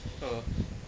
uh